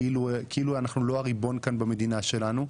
כאילו אנחנו לא הריבון כאן במדינה שלנו,